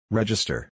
Register